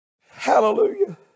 Hallelujah